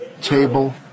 table